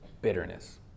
bitterness